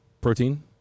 protein